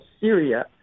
Syria